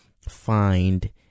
find